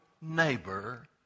neighbor